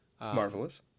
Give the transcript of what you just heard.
Marvelous